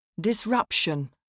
Disruption